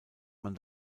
man